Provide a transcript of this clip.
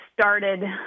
started